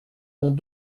l’ont